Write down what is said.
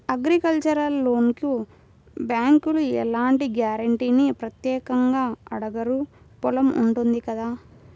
agricultural లోనుకి బ్యేంకులు ఎలాంటి గ్యారంటీనీ ప్రత్యేకంగా అడగరు పొలం ఉంటుంది కదా